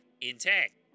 intact